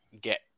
get